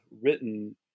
written